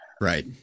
Right